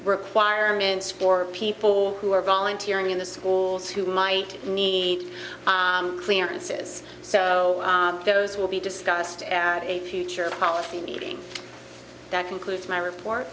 requirements for people who are volunteering in the schools who might need clearances so those will be discussed at a future policy meeting that concludes my report